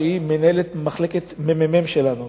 שהיא מנהלת הממ"מ שלנו,